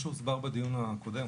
מה שהוסבר בדיון הקודם,